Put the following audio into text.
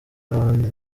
n’abandi